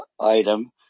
item